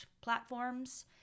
platforms